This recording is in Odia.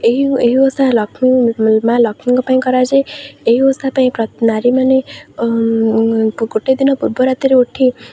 ଏହି ଏହି ଓଷା ଲକ୍ଷ୍ମୀ ମାଁ ଲକ୍ଷ୍ମୀଙ୍କ ପାଇଁ କରାଯାଏ ଏହି ଓଷା ପାଇଁ ନାରୀମାନେ ଗୋଟେ ଦିନ ପୂର୍ବ ରାତିରୁ ଉଠି